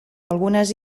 algunes